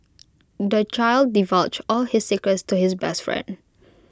the child divulged all his secrets to his best friend